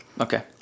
Okay